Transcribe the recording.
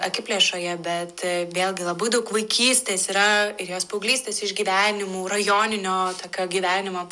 akiplėšoje bet vėlgi labai daug vaikystės yra ir jos paauglystės išgyvenimų rajoninio tokio gyvenimo